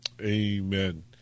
Amen